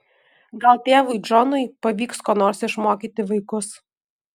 gal tėvui džonui pavyks ko nors išmokyti vaikus